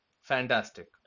Fantastic